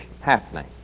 happening